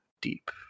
deep